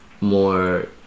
more